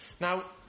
Now